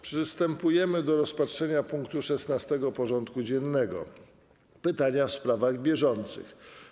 Przystępujemy do rozpatrzenia punktu 16. porządku dziennego: Pytania w sprawach bieżących.